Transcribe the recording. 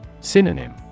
Synonym